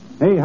Hey